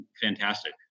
Fantastic